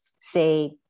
say